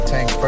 Tank